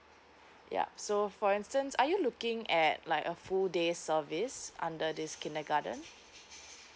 ya so for instance are you looking at like a full day service under this kindergarten